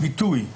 הביטוי.